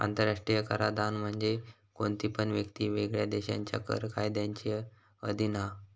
आंतराष्ट्रीय कराधान म्हणजे कोणती पण व्यक्ती वेगवेगळ्या देशांच्या कर कायद्यांच्या अधीन हा